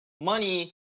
money